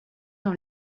dans